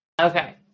Okay